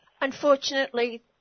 Unfortunately